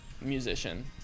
musician